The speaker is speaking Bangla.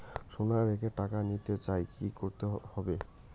সোনা রেখে টাকা নিতে চাই কি করতে হবে?